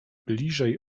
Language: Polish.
bliżej